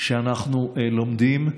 שאנחנו לומדים.